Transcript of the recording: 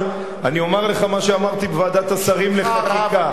אבל אני אומר לך מה שאמרתי בוועדת השרים לחקיקה,